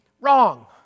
wrong